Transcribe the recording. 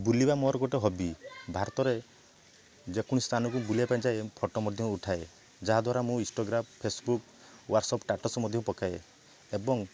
ବୁଲିବା ମୋର ଗୋଟେ ହବି ଭାରତରେ ଯେକୌଣସି ସ୍ଥାନକୁ ବୁଲିବା ପାଇଁ ଯାଏ ଫଟୋ ମଧ୍ୟ ଉଠାଏ ଯାହା ଦ୍ୱାରା ମୁଁ ଇନଷ୍ଟାଗ୍ରାମ୍ ଫେସବୁକ୍ ୱାଟ୍ସଆପ୍ ଷ୍ଟାଟସ୍ ମଧ୍ୟ ପକାଏ